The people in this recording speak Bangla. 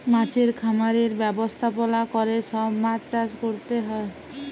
মাছের খামারের ব্যবস্থাপলা ক্যরে সব মাছ চাষ ক্যরতে হ্যয়